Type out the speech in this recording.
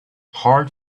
heart